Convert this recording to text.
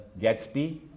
Gatsby